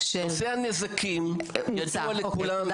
נושא הנזקים ידוע לכולם.